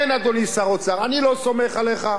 כן, אדוני שר האוצר, אני לא סומך עליך.